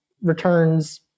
returns